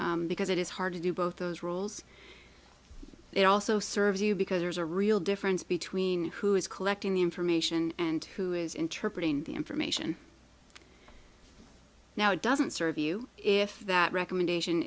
because it is hard to do both those roles it also serves you because there's a real difference between who is collecting the information and who is interpret the information now it doesn't serve you if that recommendation